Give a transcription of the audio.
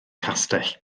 castell